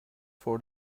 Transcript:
for